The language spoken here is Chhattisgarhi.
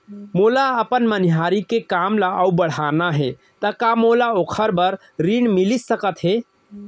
मोला अपन मनिहारी के काम ला अऊ बढ़ाना हे त का मोला ओखर बर ऋण मिलिस सकत हे?